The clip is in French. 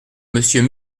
monsieur